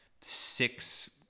six